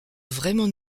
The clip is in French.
vraiment